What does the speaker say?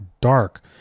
dark